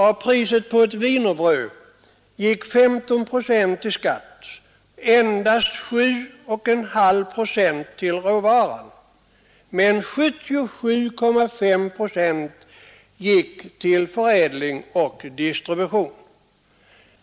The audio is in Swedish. Av priset på ett wienerbröd gick 15 procent till skatt och endast 7,5 procent till råvaran men hela 77,5 procent till förädling och distribution.